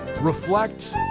reflect